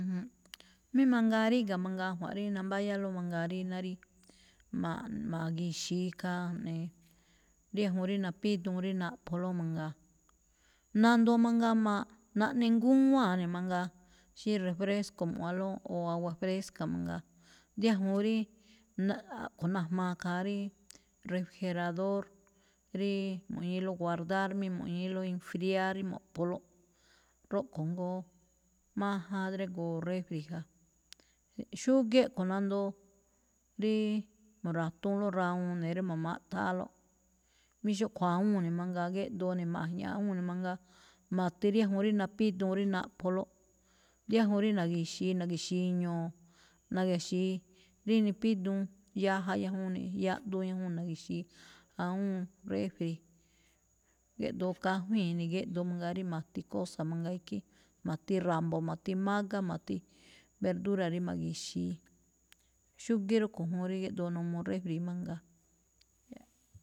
Mí mangaa ríga̱ mangaa ajwa̱nꞌ rí nambáyálóꞌ mangaa rí ná rí ma̱a̱-ma̱gi̱xi̱i khaa, jnee, riáajuun rí napíduun rí napkoló mangaa. Nandoo mangaa ma̱ꞌ-naꞌnengúwáan ne̱ mangaa, xí refresco mu̱ꞌwanló o agua fresca mbo̱ꞌ, diáajuun ríí na̱ꞌ-a̱ꞌkho̱ najmaa khaa ríí refrigerador, rí mu̱ꞌñi̱ílóꞌ guardar mí mu̱ꞌñi̱ílóꞌ enfriar rí mo̱ꞌpholóꞌ. Róꞌkho̱ jngóó máján drégoo refri ja. Xúgíí eꞌkho̱ nandoo rí mu̱ra̱tuunló rawuun ne̱ rí ma̱ꞌmátháálóꞌ. Mí xúꞌkho̱ awúun ne̱ mangaa guéꞌdoo ne̱, ma̱jña̱ꞌ awúun ne̱ mangaa, ma̱ti riáajuun rí napíduun rí naꞌpholóꞌ. Diáajuun rí na̱gi̱xi̱i, na̱gi̱xi̱i ñu̱u̱, na̱ge̱xi̱i rí nipíduun, yaja ñajuun ne̱, yaꞌduun ñajuun ne̱, na̱gi̱xi̱i awúun refri. Géꞌdoo kajwíin ne̱, géꞌdoo mangaa rí ma̱ti cosa mangaa ikhín, ma̱ti ra̱mbo ma̱ti mágá ma̱ti, verdura rí ma̱gi̱xi̱i. Xúgíí rúꞌkho̱ juun rí gíꞌdoo n uu refri mangaa.